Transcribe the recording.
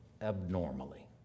abnormally